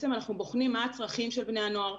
אנחנו בוחנים מה הצרכים של בני הנוער,